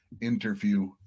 interview